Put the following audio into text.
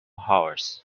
hours